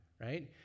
right